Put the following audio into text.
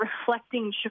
reflecting